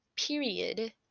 period